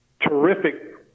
terrific